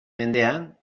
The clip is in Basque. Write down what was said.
mendean